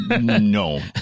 No